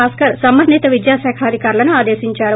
భాస్కర్ సంబంధిత విద్యాశాఖ అధికారులను ఆదేశించారు